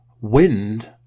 wind